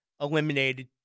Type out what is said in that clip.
eliminated